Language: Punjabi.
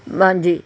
ਹਾਂਜੀ